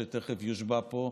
שתכף יושבע פה,